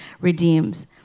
redeems